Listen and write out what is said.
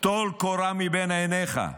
טול קורה מבין עיניך.